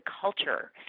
culture